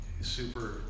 super